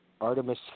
*Artemis